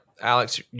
Alex